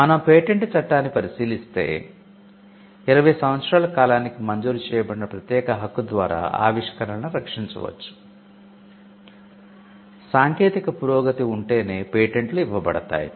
మనం పేటెంట్ ఇవ్వబడతాయి